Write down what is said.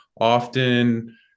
often